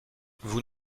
vous